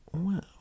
Wow